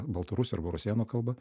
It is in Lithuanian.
baltarusių arba rusėnų kalba